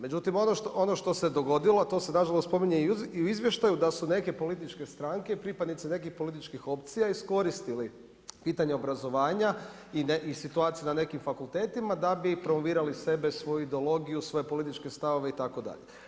Međutim, ono što se dogodilo, a to se na žalost spominje i u Izvještaju da su neke političke stranke, pripadnice nekih političkih opcija iskoristili pitanje obrazovanja i situaciju na nekim fakultetima da bi promovirali sebe, svoju ideologiju, svoje političke stavove itd.